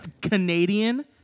Canadian